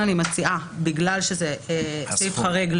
בגלל שזה סעיף חריג,